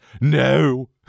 No